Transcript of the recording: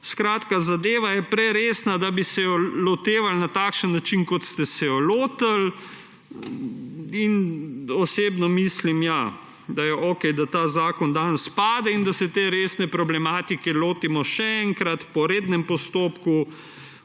zadeva je preresna, da bi se jo lotevali na takšen način, kot ste se jo lotili, in osebno mislim, da je okej, da ta zakon danes pade in da se te resne problematike lotimo še enkrat po rednem postopku,